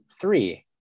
three